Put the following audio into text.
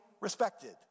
respected